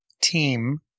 team